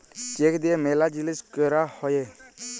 check দিয়া ম্যালা জিলিস ক্যরা হ্যয়ে